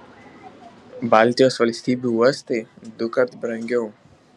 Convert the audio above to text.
baltijos valstybių uostai dukart brangiau